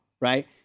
right